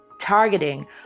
targeting